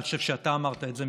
אני חושב שאתה אמרת את זה,